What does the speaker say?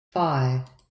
five